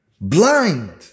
Blind